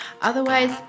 Otherwise